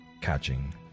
catching